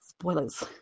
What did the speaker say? spoilers